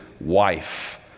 wife